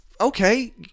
Okay